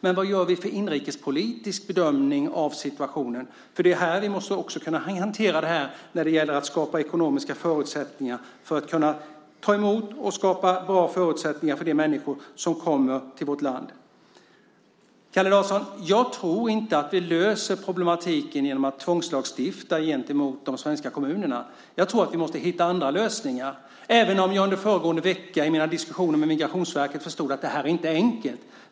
Men vad gör vi för inrikespolitisk bedömning av situationen? Vi måste kunna hantera det här när det gäller att skapa ekonomiska förutsättningar för att ta emot de människor som kommer till vårt land. Jag tror inte, Kalle Larsson, att vi löser problemen genom att tvångslagstifta gentemot de svenska kommunerna. Jag tror att vi måste hitta andra lösningar, även om jag i föregående vecka i mina diskussioner med Migrationsverket förstod att det inte är enkelt.